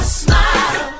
smile